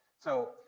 so,